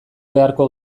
beharko